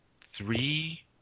Three